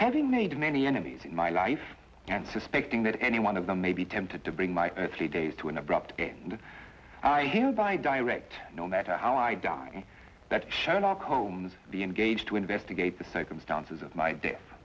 having made many enemies in my life and suspecting that any one of them may be tempted to bring my three days to an abrupt end i hereby direct no matter how i doubt that shown our combs be engaged to investigate the circumstances of my death